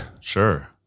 Sure